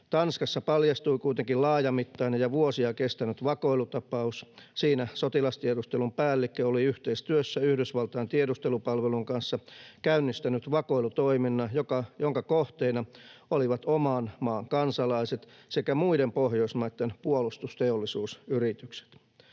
Tanskassa paljastui kuitenkin laajamittainen ja vuosia kestänyt vakoilutapaus. Siinä sotilastiedustelun päällikkö oli yhteistyössä Yhdysvaltain tiedustelupalvelun kanssa käynnistänyt vakoilutoiminnan, jonka kohteina olivat oman maan kansalaiset sekä muiden Pohjoismaiden puolustusteollisuusyritykset.